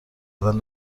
دادن